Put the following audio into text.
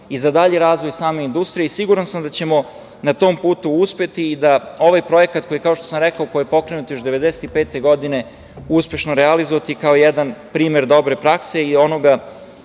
i za dalji razvoj same industrije. Siguran sam da ćemo na tom putu uspeti i da ćemo ovaj projekat koji je, kao što sam rekao, pokrenut još 1995. godine, uspešno realizovati kao jedan primer dobre prakse i